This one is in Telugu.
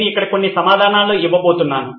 నేను ఇక్కడ కొన్ని సమాధానాలు ఇవ్వబోతున్నాను